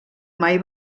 mai